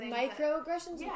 microaggressions